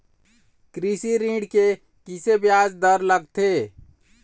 कृषि ऋण के किसे ब्याज दर लगथे?